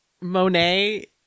Monet